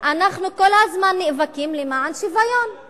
כל הזמן אנחנו נאבקים, בלוב, שמה יהיה לך טוב.